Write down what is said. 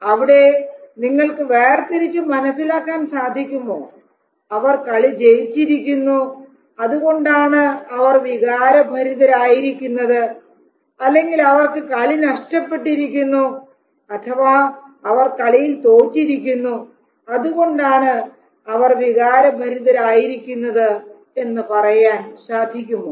അവിടെ നിങ്ങൾക്ക് വേർതിരിച്ചു മനസ്സിലാക്കാൻ സാധിക്കുമോ അവർ കളി ജയിച്ചിരിക്കുന്നു അതുകൊണ്ടാണ് അവർ വികാരഭരിതരായിരിക്കുന്നത് അല്ലെങ്കിൽ അവർക്ക് കളി നഷ്ടപ്പെട്ടിരിക്കുന്നു അഥവാ അവർ കളിയിൽ തോറ്റിരിക്കുന്നു അതുകൊണ്ടാണ് അവർ വികാരഭരിതരായിരിക്കുന്നത് എന്ന് പറയാൻ സാധിക്കുമോ